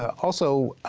also,